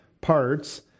parts